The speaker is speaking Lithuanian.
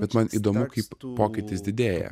bet man įdomu kaip pokytis didėja